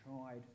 tried